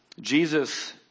Jesus